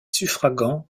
suffragant